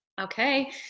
Okay